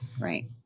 right